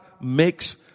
makes